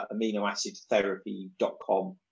aminoacidtherapy.com